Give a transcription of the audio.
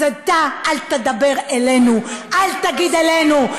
אז אתה אל תדבר אלינו, אל תגיד עלינו.